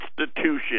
institution